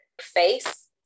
face